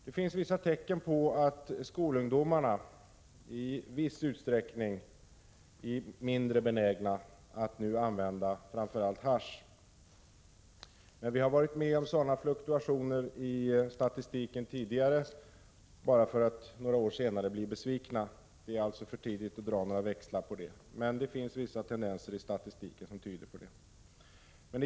Det finns vissa tecken på att skolungdomarna i viss utsträckning är mindre benägna att använda framför allt hasch. Vi har varit med om sådana fluktuationer i statistiken tidigare, bara för att några år senare bli besvikna. Det är alltså för tidigt att dra några större växlar. Men det finns vissa tendenser enligt statistiken som tyder på detta.